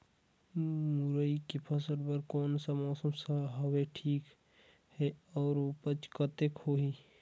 मुरई के फसल बर कोन सा मौसम हवे ठीक हे अउर ऊपज कतेक होही?